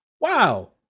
wow